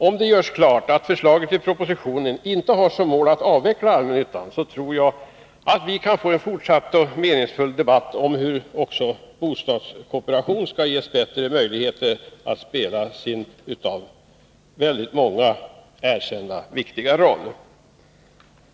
Om det görs klart att förslaget i propositionen inte har som mål att avveckla allmännyttan, tror jag att vi kan få en fortsatt meningsfull debatt om hur också bostadskooperationen skall ges bättre möjligheter att spela sin av väldigt många erkänt viktiga roll.